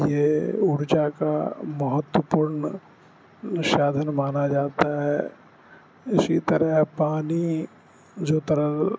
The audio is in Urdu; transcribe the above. یہ ارجا کا مہتوپورن سادھن مانا جاتا ہے اسی طرح پانی جو ترل